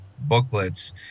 booklets